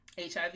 hiv